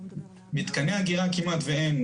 מתקני אגירה כמעט ואין.